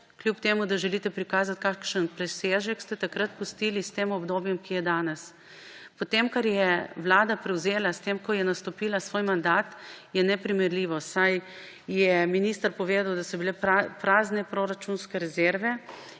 kljub temu da želite prikazati, kakšen presežek ste takrat pustili, s tem obdobjem, ki je danes. Po tem, kar je vlada prevzela s tem, ko je nastopila svoj mandat, je neprimerljivo, saj je minister povedal, da so bile prazne proračunske rezerve